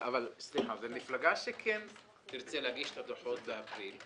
סליחה, מפלגה שכן תרצה להגיש את הדוחות באפריל,